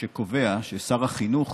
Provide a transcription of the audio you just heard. שקובע ששר החינוך